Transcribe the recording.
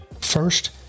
First